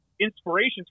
inspirations